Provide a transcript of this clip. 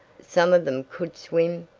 some of them could swim,